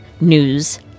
news